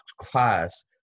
class